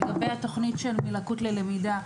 לגבי התוכנית "מלקות ללמידה"